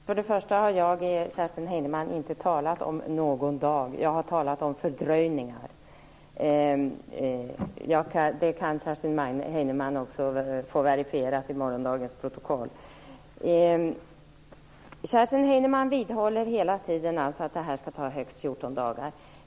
Fru talman! Jag har inte talat om någon dag, utan jag har talat om fördröjningar. Det kan Kerstin Heinemann få verifierat i protokollet i morgon. Kerstin Heinemann vidhåller hela tiden att det här skall ta högst 14 dagar.